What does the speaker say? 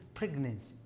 Pregnant